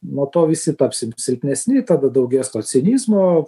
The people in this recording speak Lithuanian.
nuo to visi tapsim silpnesni tada daugės to cinizmo